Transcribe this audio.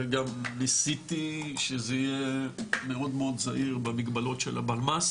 וגם ניסיתי שזה יהיה מאוד זהיר במגבלות של הבלמ"ס